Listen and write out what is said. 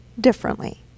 differently